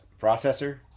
processor